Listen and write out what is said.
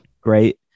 great